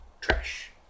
trash